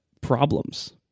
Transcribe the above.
problems